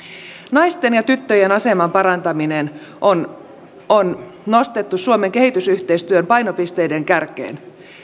naisten ja tyttöjen aseman parantaminen on on nostettu suomen kehitysyhteistyön painopisteiden kärkeen